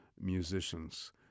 musicians